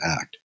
Act